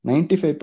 95%